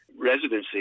residency